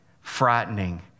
frightening